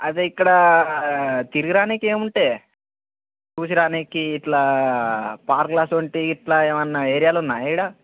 అదే ఇక్కడ తిరగరానీకి ఏముంటాయే చూసిరానీకి ఇట్లా పార్కులసువంటి ఇట్లా ఏమన్నా ఏరియాలున్నాయా ఇక్కడ